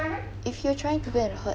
if you're trying to go and hurt